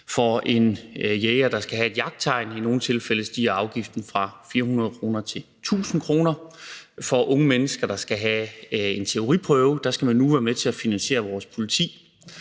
For en jæger, der skal have et jagttegn, stiger afgiften i nogle tilfælde fra 400 kr. til 1.000 kr., og unge mennesker, der skal have en teoriprøve, skal nu være med til at finansiere vores politi.